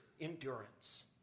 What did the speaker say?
endurance